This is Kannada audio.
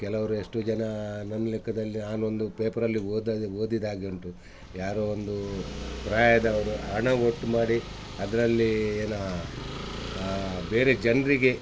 ಕೆಲವರು ಎಷ್ಟು ಜನ ನನ್ನ ಲೆಕ್ಕದಲ್ಲಿ ನಾನೊಂದು ಪೇಪರಲ್ಲಿ ಓದಿ ಓದಿದಾಗೆ ಉಂಟು ಯಾರೋ ಒಂದು ಪ್ರಾಯದವರು ಹಣ ಒಟ್ಟು ಮಾಡಿ ಅದರಲ್ಲಿ ಏನೋ ಬೇರೆ ಜನರಿಗೆ